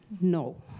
No